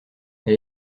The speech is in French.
elle